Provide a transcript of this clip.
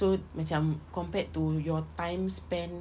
so macam compared to your time spend